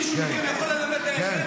מישהו מכם יכול ללמד דרך ארץ?